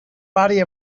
body